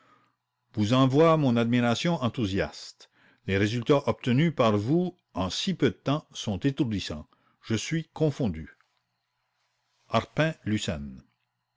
vous envoie mon admiration enthousiaste les résultats obtenus par vous en si peu de temps sont étourdissants je suis confondu